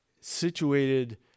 situated